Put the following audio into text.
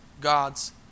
God's